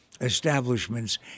establishments